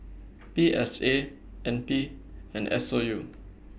P S A N P and S O U